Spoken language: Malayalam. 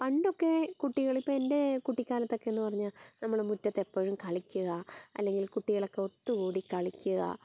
പണ്ടൊക്കെ കുട്ടികളിപ്പോൾ എൻ്റെ കുട്ടിക്കാലത്തൊക്കെ എന്ന് പറഞ്ഞാൽ നമ്മൾ മുറ്റത്തെപ്പോഴും കളിക്കുക അല്ലെങ്കിൽ കുട്ടികളൊക്കെ ഒത്തുകൂടി കളിക്കുക